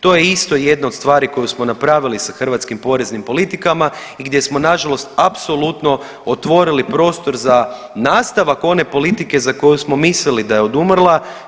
To je isto jedna od stvari koju smo napravili sa hrvatskim poreznim politikama gdje smo nažalost apsolutno otvorili prostor za nastavak one politike za koju smo mislili da je odumrla.